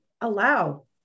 allow